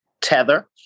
Tether